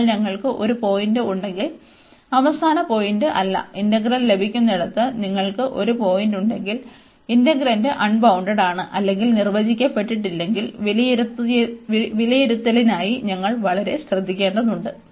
അതിനാൽ ഞങ്ങൾക്ക് ഒരു പോയിന്റ് ഉണ്ടെങ്കിൽഅവസാന പോയിന്റല്ല ഇന്റഗ്രൽ ലഭിക്കുന്നിടത്ത് നിങ്ങൾക്ക് ഒരു പോയിന്റ് ഉണ്ടെങ്കിൽ ഇന്റഗ്രാൻഡ് അൺബൌണ്ടഡ്ഡാണ് അല്ലെങ്കിൽ നിർവചിക്കപ്പെട്ടിട്ടില്ലെങ്കിൽ വിലയിരുത്തലിനായി ഞങ്ങൾ വളരെ ശ്രദ്ധിക്കേണ്ടതുണ്ട്